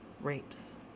rapes